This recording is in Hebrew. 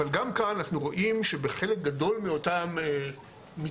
אבל גם כאן אנחנו רואים שבחלק גדול מאותם מתחמים